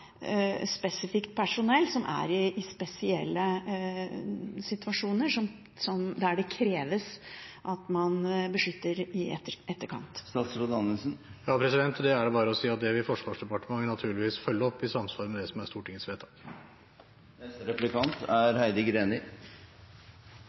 spesifikt personell, som er i spesielle situasjoner der det kreves at man beskytter i etterkant. Ja, til det er det bare å si at det vil Forsvarsdepartementet naturligvis følge opp i samsvar med det som er Stortingets vedtak.